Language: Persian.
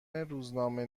روزنامه